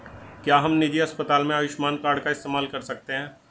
क्या हम निजी अस्पताल में आयुष्मान कार्ड का इस्तेमाल कर सकते हैं?